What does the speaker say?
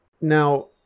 now